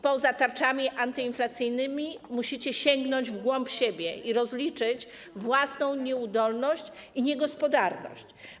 Poza tarczami antyinflacyjnymi musicie sięgnąć w głąb siebie i rozliczyć własną nieudolność i niegospodarność.